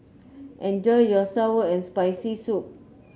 enjoy your sour and Spicy Soup